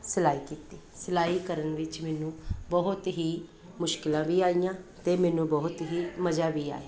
ਸਿਲਾਈ ਕੀਤੀ ਸਿਲਾਈ ਕਰਨ ਵਿੱਚ ਮੈਨੂੰ ਬਹੁਤ ਹੀ ਮੁਸ਼ਕਿਲਾਂ ਵੀ ਆਈਆਂ ਅਤੇ ਮੈਨੂੰ ਬਹੁਤ ਹੀ ਮਜਾ ਵੀ ਆਇਆ